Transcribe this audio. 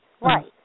Right